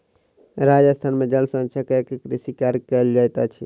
राजस्थान में जल संरक्षण कय के कृषि कार्य कयल जाइत अछि